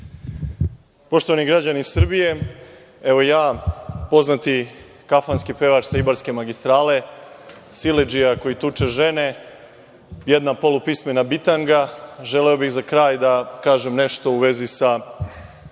Poštovani građani Srbije, evo ja poznati kafanski pevač sa Ibarske magistrale, siledžija koji tuče žene, jedna polupismena bitanga, želeo bih za kraj da kažem nešto u vezi sa